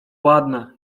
ładna